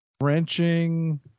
Wrenching